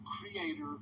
creator